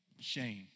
shame